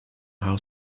how